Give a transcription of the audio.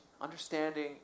understanding